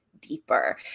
deeper